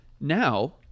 now